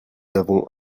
avons